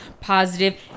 positive